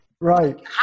Right